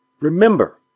remember